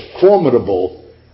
formidable